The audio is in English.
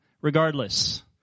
regardless